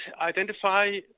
identify